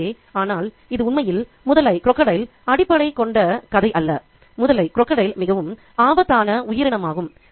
எனவே ஆனால் இது உண்மையில் முதலை அடிப்படை கொண்ட கதை அல்ல முதலை மிகவும் ஆபத்தான உயிரினமாகும்